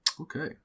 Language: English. Okay